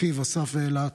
אחיו אסף ואלית,